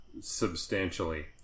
substantially